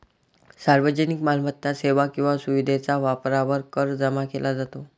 सार्वजनिक मालमत्ता, सेवा किंवा सुविधेच्या वापरावर कर जमा केला जातो